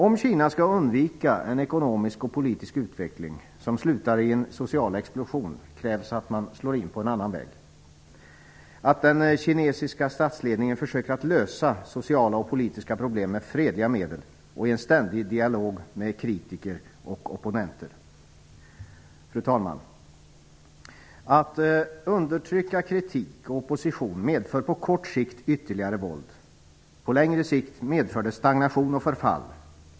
Om Kina skall undvika en ekonomisk och politisk utveckling som slutar i en social explosion krävs att man slår in på en annan väg - att den kinesiska statsledningen försöker lösa sociala och politiska problem med fredliga medel och i ständig dialog med kritiker och opponenter. Fru talman! Att undertrycka kritik och opposition medför på kort sikt ytterligare våld. På längre sikt medför det stagnation och förfall.